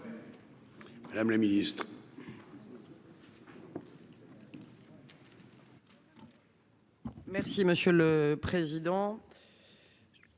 madame la ministre,